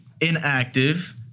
inactive